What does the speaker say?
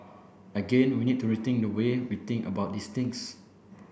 again we need to rethink the way we think about these things